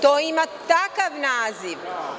To ima takav naziv.